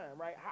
right